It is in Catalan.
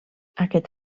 aquest